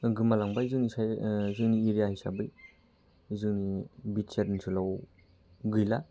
दा गोमालांबाय जोंनि एरिया हिसाबै जोंनि बि टि आर ओनसोलाव गैला